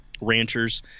ranchers